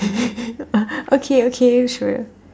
okay okay sure